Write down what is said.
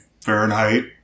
Fahrenheit